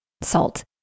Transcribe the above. Salt